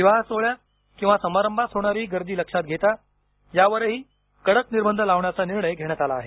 विवाह सोहळ्यास किंवा समारंभास होणारी गर्दी लक्षात घेता यावरही कडक निर्बंध लावण्याचा निर्णय घेण्यात आला आहे